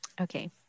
Okay